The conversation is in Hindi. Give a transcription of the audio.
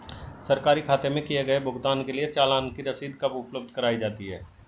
सरकारी खाते में किए गए भुगतान के लिए चालान की रसीद कब उपलब्ध कराईं जाती हैं?